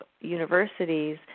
universities